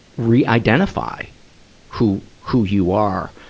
re-identify who, who you are.